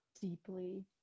deeply